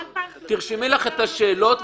תרשמי לך את השאלות,